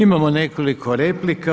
Imamo nekoliko replika.